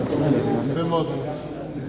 החוץ והביטחון של הכנסת על פעילות אגף שיקום נכים